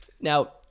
Now